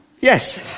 Yes